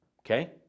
Okay